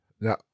Now